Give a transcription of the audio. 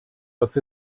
dass